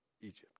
Egypt